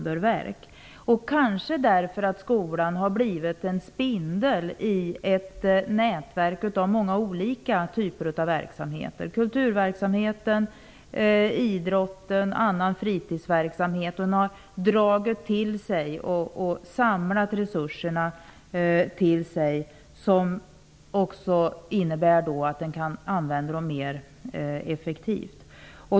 Det sker kanske därför att skolan har blivit en spindel i ett nätverk av många olika typer av verksamhet. Det kan vara kulturverksamhet, idrott och annan fritidsverksamhet. Skolan har dragit till sig och samlat resurserna till sig. Det innebär också att de kan användas mer effektivt.